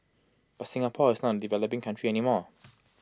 but Singapore is not A developing country any more